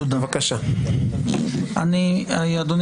אדוני